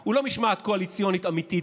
הוא לא משמעת קואליציונית אמיתית,